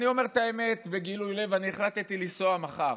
אני אומר את האמת בגילוי לב: אני החלטתי לנסוע מחר,